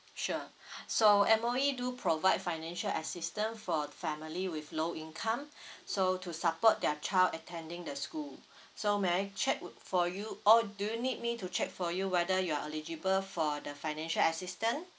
sure so M_O_E do provide financial assistance for family with low income so to support their child attending the school so may I check would for you or do you need me to check for you whether you are eligible for the financial assistance